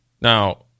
now